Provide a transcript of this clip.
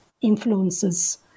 influences